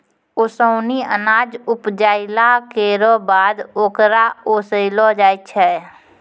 ओसौनी अनाज उपजाइला केरो बाद ओकरा ओसैलो जाय छै